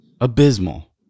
Abysmal